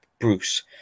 Bruce